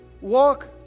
walk